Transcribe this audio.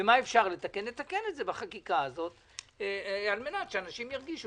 ונתקן בחקיקה כדי שאנשים ירגישו.